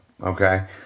Okay